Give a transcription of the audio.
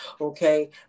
okay